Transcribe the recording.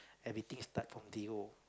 everything start from zerp